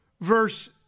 Verse